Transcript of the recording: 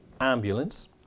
ambulance